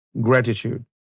gratitude